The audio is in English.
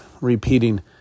repeating